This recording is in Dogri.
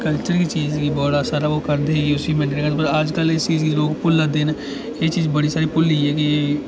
कल्चर चीज गी बड़ा सारा ओह् करदे हे कि उसी मतलब अजकल इस चीज गी लोक भुल्लै दे न एह् चीज बड़ी सारी भुल्ली गे न